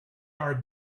our